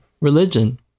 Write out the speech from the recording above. religion